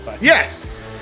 Yes